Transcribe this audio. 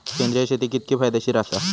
सेंद्रिय शेती कितकी फायदेशीर आसा?